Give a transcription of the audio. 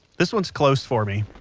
this one's close for me,